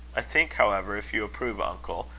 i think, however, if you approve, uncle,